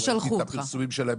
לא ראיתי את הפרסומים שלהם.